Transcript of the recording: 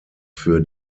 für